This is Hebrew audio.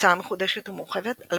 הוצאה מחודשת ומורחבת 2011